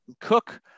Cook